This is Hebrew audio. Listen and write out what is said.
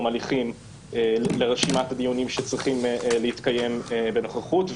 הליכים לרשימת הדיונים שצריכים להתקיים בנוכחות.